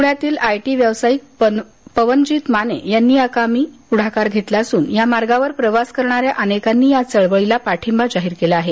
पुण्यातील I T व्यावसायिक पवनजीत माने यांनी याकामी प्ढाकार घेतला असून या मार्गावर प्रवास करणाऱ्या अनेकांनी या चळवळीला पाठिंबा जाहीर केला आहे